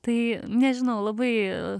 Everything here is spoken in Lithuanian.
tai nežinau labai